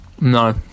No